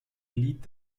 lied